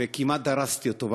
כמעט דרסתי אותו.